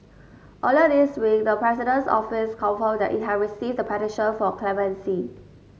earlier this week the President's Office confirmed that it had received the petition for clemency